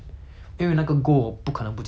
那是我自己 set 的 mah 所以